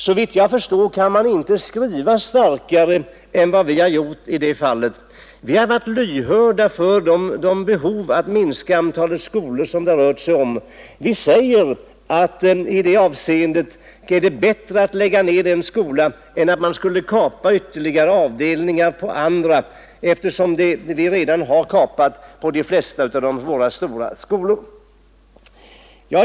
Såvitt jag förstår kan man inte skriva starkare än vi har gjort i det fallet. Vi har varit lyhörda för behovet av att minska antalet skolor. Vi säger att i det avseendet är det bättre att lägga ned en skola än att ta bort ytterligare avdelningar på andra skolor, eftersom vi redan har ”kapat” på de flesta av våra stora skolor.